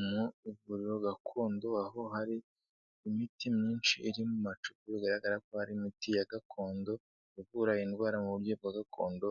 Mu ivuriro gakondo aho hari imiti myinshi iri mu macupa bigaragara ko hari imiti ya gakondo, ivura indwara mu buryo bwa gakondo,